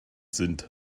sind